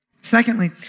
Secondly